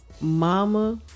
mama